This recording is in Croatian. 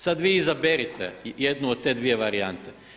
Sad vi izaberite jednu od te dvije varijante.